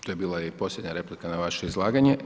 To je bila i posljednja replika na vaše izlaganje.